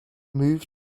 moved